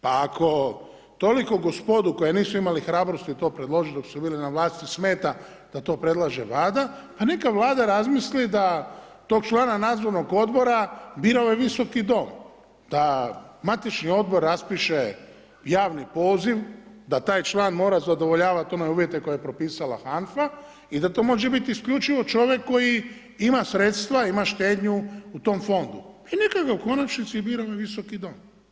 Pa ako toliko gospodu koja nisu imali hrabrosti to presložiti dok su bili na vlasti smeta da to predlaže Vlada, pa neka Vlada razmisli da tog članaka nadzornog odbora bira ovaj Visoki dom, da matični odbor raspiše javni poziv da taj član mora zadovoljavati one uvjete koje je propisala HANFA i da to može biti isključivo čovjek koji ima sredstva, ima štednju u tom fondu i neka ga u konačnici bira ovaj Visoki dom.